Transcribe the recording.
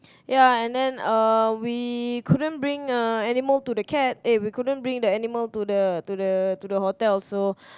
ya and then um we couldn't bring uh animal to the cat eh we couldn't bring the animal to the to the to the hotel so